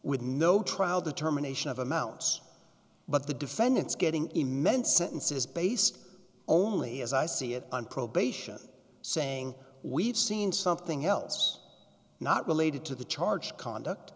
with no trial determination of amounts but the defendants getting immense sentences based only as i see it on probation saying we've seen something else not related to the charge conduct